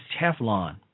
Teflon